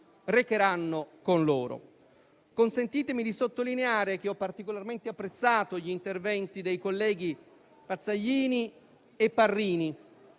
anche i secoli futuri. Consentitemi di sottolineare che ho particolarmente apprezzato gli interventi dei colleghi Pazzaglini e Parrini: